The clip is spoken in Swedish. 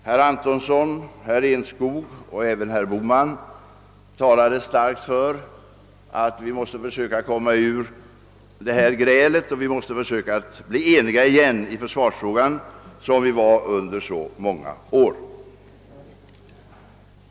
Herr Antonsson, herr Enskog och även herr Bohman talade varmt för att vi skulle försöka komma ifrån grälet och bli eniga igen i försvarsfrågan, såsom vi varit under många år.